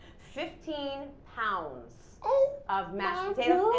fifteen pounds ah of mashed potatoes.